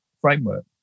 framework